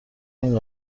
این